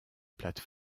plate